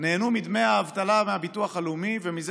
נהנו מדמי האבטלה מהביטוח הלאומי ומזה